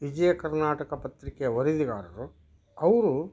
ವಿಜಯ ಕರ್ನಾಟಕ ಪತ್ರಿಕೆಯ ವರದಿಗಾರರು ಅವರು